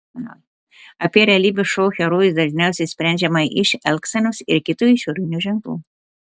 apie realybės šou herojus dažniausiai sprendžiama iš elgsenos ir kitų išorinių ženklų